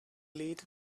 lead